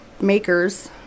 makers